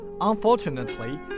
Unfortunately